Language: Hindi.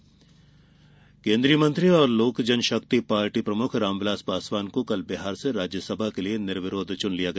पासवान राज्यसभा केन्द्रीय मंत्री और लोक जनशक्ति पार्टी प्रमुख राम विलास पासवान को कल बिहार से राज्यसभा के लिए निर्विरोध चुन लिया गया